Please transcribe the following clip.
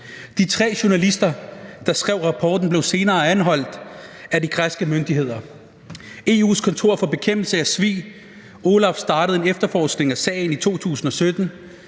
De tre journalister, der skrev rapporten, blev senere anholdt af de græske myndigheder. EU's kontor for bekæmpelse af svig, OLAF, startede en efterforskning af sagen i 2017,